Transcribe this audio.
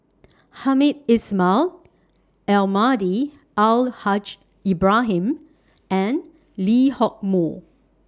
Hamed Ismail Almahdi Al Haj Ibrahim and Lee Hock Moh